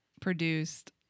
Produced